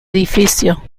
edificio